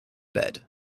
bed